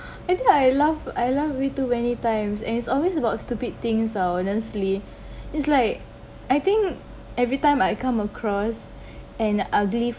I think I laugh I laugh we too many times is always about stupid things ah honestly is like I think everytime I come across and I’ll